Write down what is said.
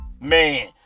Man